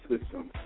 system